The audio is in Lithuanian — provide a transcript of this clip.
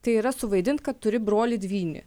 tai yra suvaidint kad turi brolį dvynį